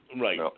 Right